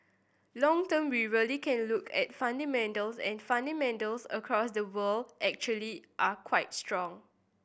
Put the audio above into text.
long term we really can look at fundamentals and fundamentals across the world actually are quite strong